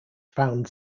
found